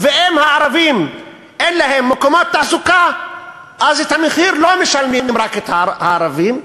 ואם לערבים אין מקומות תעסוקה אז את המחיר לא משלמים רק הערבים,